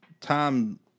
time